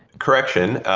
correction.